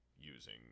using